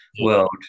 world